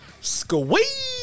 squeeze